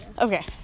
Okay